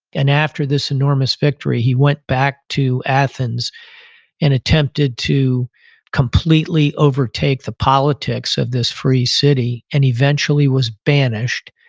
and after this enormous victory he went back to athens and attempted to completely overtake the politics of this free city, and eventually was banished.